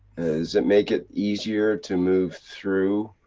does it make it easier to move through?